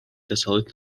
დასავლეთ